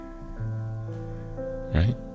Right